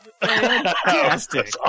fantastic